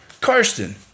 Karsten